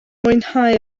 mwynhau